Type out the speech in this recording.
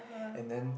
and then